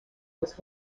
was